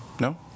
No